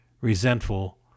resentful